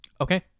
okay